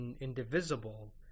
Indivisible